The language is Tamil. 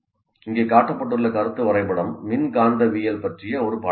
இங்கே காட்டப்பட்டுள்ள கருத்து வரைபடம் மின்காந்தவியல் பற்றிய ஒரு பாடமாகும்